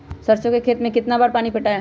सरसों के खेत मे कितना बार पानी पटाये?